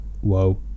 Whoa